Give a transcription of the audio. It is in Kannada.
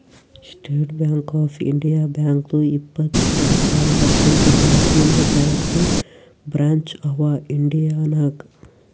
ಸ್ಟೇಟ್ ಬ್ಯಾಂಕ್ ಆಫ್ ಇಂಡಿಯಾ ಬ್ಯಾಂಕ್ದು ಇಪ್ಪತ್ತೆರೆಡ್ ಸಾವಿರಕಿಂತಾ ಜಾಸ್ತಿನೇ ಬ್ಯಾಂಕದು ಬ್ರ್ಯಾಂಚ್ ಅವಾ ಇಂಡಿಯಾ ನಾಗ್